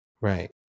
right